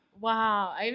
Wow